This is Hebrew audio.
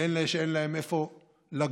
לאלה שאין להם איפה לגור,